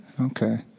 Okay